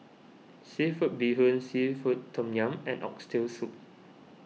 Seafood Bee Hoon Seafood Tom Yum and Oxtail Soup